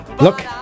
Look